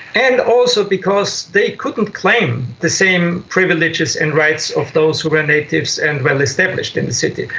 and also because they couldn't claim the same privileges and rights of those who were natives and well-established in the city.